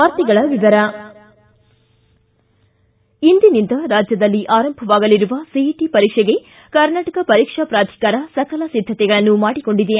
ವಾರ್ತೆಗಳ ವಿವರ ಇಂದಿನಿಂದ ರಾಜ್ಯದಲ್ಲಿ ಆರಂಭವಾಗಲಿರುವ ಸಿಇಟ ಪರೀಕ್ಷೆಗೆ ಕರ್ನಾಟಕ ಪರೀಕ್ಷಾ ಪ್ರಾಧಿಕಾರ ಸಕಲ ಸಿದ್ಧತೆಗಳನ್ನು ಮಾಡಿಕೊಂಡಿದೆ